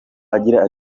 agira